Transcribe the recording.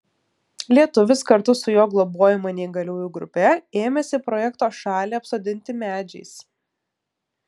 lietuvis kartu su jo globojama neįgaliųjų grupe ėmėsi projekto šalį apsodinti medžiais